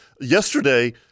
yesterday